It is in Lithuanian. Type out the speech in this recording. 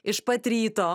iš pat ryto